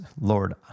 Lord